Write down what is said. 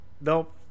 Nope